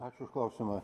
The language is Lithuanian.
ačiū už klausimą